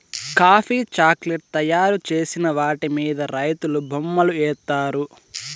coffee chocolate తయారు చేసిన వాటి మీద రైతులు బొమ్మలు ఏత్తారు